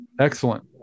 excellent